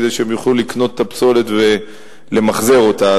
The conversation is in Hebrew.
כדי שהם יוכלו לקנות את הפסולת ולמחזר אותה.